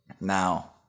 Now